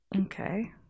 okay